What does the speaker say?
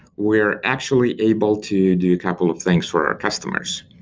we're actually able to do a couple of things for our customers.